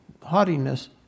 haughtiness